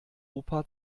opa